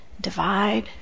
divide